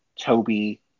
Toby